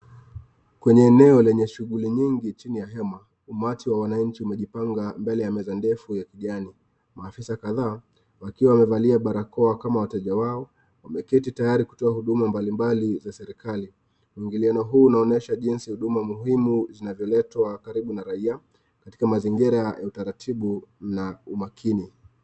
Kwenye eneo lenye shughuli mingi chini ya hema. Umati wa wananchi umejipanga mbele ya meza ndefu ya kijani. Maafisa kadhaa wakiwa wamevalia barakoa kama wateja wao wameketi tayari kutoa huduma mbali mbali za serikali. Muingiliano huu unaonyesha jinsi huduma muhimu zinavyoletwa karibu na raia katika mazingira ya utaratibu na umakini.